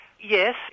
Yes